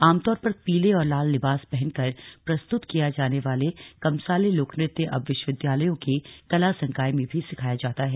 आमतौर पर पीले और लाल लिबास पहनकर प्रस्तुत किया जाने वाले कमसाले लोकनृत्य अब विश्वविद्यालयों के कला संकाय में भी सिखाया जाता है